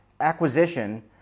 acquisition